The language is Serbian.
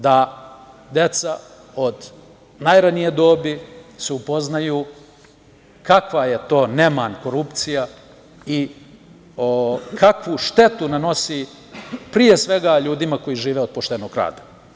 Da deca od najranije dobi se upoznaju kakva je to neman korupcija i kakvu štetu nanosi, pre svega ljudima koji žive od poštenog rada.